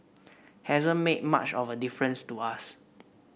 hasn't made much of a difference to us